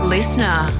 Listener